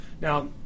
Now